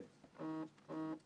חבר הכנסת דב חנין,